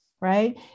Right